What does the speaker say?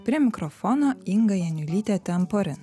prie mikrofono inga janiulytė temporin